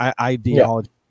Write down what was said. ideology